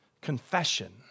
confession